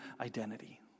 identity